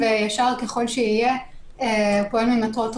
הרשימה והאכיפה שם תהיה יותר ממוקדת לאותו